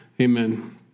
amen